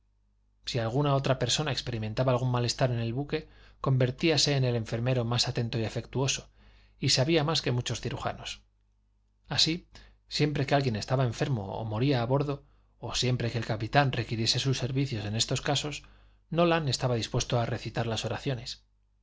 si alguna otra persona experimentaba algún malestar en el buque convertíase en el enfermero más atento y afectuoso y sabía más que muchos cirujanos así siempre que alguien estaba enfermo o moría a bordo o siempre que el capitán requiriese sus servicios en estos casos nolan estaba dispuesto a recitar las oraciones